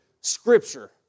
Scripture